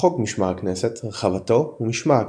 חוק משכן הכנסת, רחבתו ומשמר הכנסת,